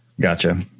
gotcha